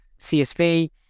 CSV